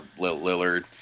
Lillard